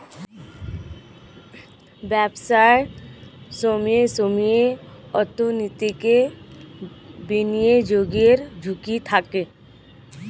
ব্যবসায় সময়ে সময়ে অর্থনৈতিক বিনিয়োগের ঝুঁকি থাকে